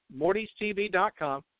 Morty'sTV.com